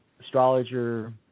astrologer